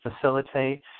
facilitate